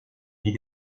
vie